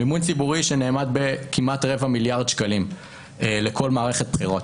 מימון ציבורי שנאמד בכמעט רבע מיליארד שקלים לכל מערכת בחירות